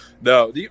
no